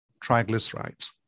triglycerides